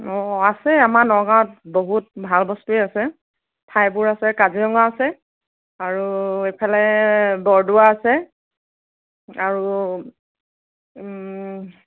অ আছে আমাৰ নগাঁৱত বহুত ভাল বস্তুৱে আছে ঠাইবোৰ আছে কাজিৰঙা আছে আৰু এইফালে বৰদোৱা আছে আৰু